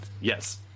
Yes